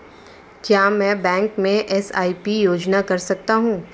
क्या मैं बैंक में एस.आई.पी योजना कर सकता हूँ?